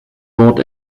wort